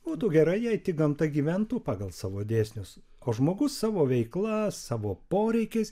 būtų gerai jei gamta gyventų pagal savo dėsnius o žmogus savo veikla savo poreikiais